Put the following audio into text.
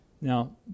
Now